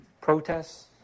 Protests